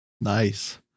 Nice